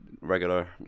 regular